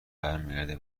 برمیگرده